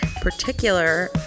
particular